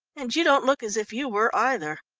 and you don't look as if you were either.